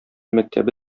мәктәбе